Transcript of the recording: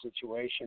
situation